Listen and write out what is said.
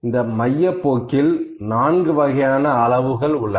இந்த மையப் போக்கில் 4 வகையான அளவுகள் உள்ளன